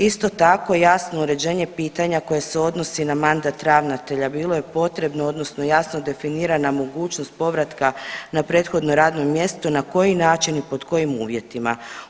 Isto tako jasno uređenje pitanja koje se odnosi na mandat ravnatelja, bilo je potrebno odnosno jasno definirana mogućnost povratka na prethodno radno mjesto na koji način i pod kojim uvjetima.